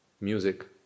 Music